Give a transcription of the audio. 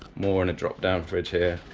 more in a drop-down fridge here,